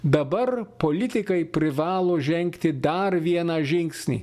dabar politikai privalo žengti dar vieną žingsnį